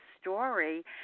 story